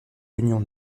union